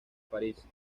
parís